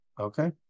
Okay